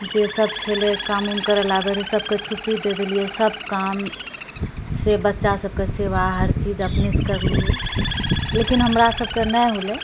जे सब छलै काम उम करैलए आबै रहै सबके छुट्टी दऽ देलिए सब कामसँ बच्चा सबके सेवा हर चीज अपनेसँ करलिए लेकिन हमरा सबके नहि होलै